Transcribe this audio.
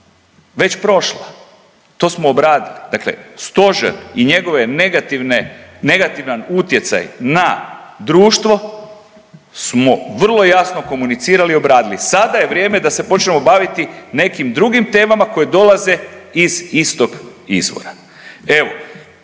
već prošla. To smo obradili. Dakle stožer i njegove negativne, negativan utjecaj na društvo smo vrlo jasno komunicirali i obradili. Sada je vrijeme da se počnemo baviti nekim drugim temama koje dolaze iz istog izvora.